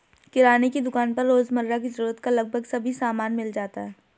किराने की दुकान पर रोजमर्रा की जरूरत का लगभग सभी सामान मिल जाता है